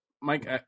Mike